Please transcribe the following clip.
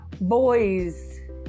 boys